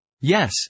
Yes